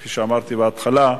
כפי שאמרתי בהתחלה,